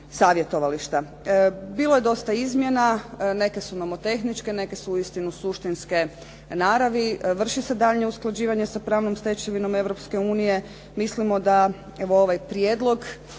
Bilo je dosta izmjena, neke su nomotehničke, neke su uistinu suštinske naravi. Vrši se daljnje usklađivanje sa pravnom stečevinom Europske unije. Mislimo da, evo ovaj Prijedlog